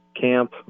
camp